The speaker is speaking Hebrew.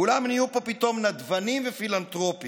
כולם נהיו פה פתאום נדבנים ופילנתרופים,